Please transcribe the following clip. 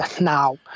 now